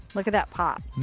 look at that pop.